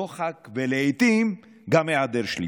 דוחק ולעיתים גם היעדר שליטה.